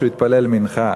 שהוא התפלל מנחה.